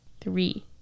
Three